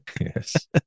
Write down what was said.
yes